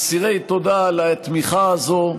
אסירי תודה על התמיכה הזאת.